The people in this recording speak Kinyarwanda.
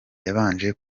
yabanje